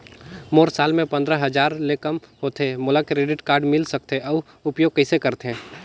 मोर साल मे पंद्रह हजार ले काम होथे मोला क्रेडिट कारड मिल सकथे? अउ उपयोग कइसे करथे?